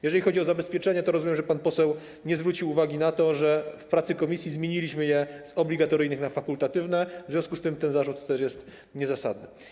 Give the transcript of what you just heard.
Jeżeli chodzi o zabezpieczenia, to rozumiem, że pan poseł nie zwrócił uwagi na to, że podczas prac komisji zmieniliśmy je z obligatoryjnych na fakultatywne, w związku z tym ten zarzut też jest niezasadny.